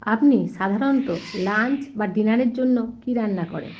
আপনি সাধারণত লাঞ্চ বা ডিনারের জন্য কী রান্না করেন